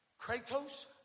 Kratos